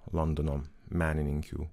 londono menininkių